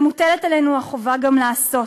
שמוטלת עלינו החובה גם לעשות,